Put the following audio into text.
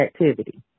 activity